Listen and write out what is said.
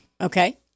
Okay